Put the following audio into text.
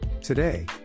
Today